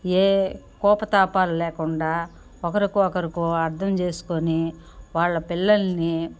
ఏ కోపతాపాలు లేకుండా ఒకరికి ఒకరుకు అర్థం చేసుకొని వాళ్ల పిల్లల్ని